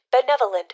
benevolent